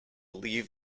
leave